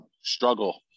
struggle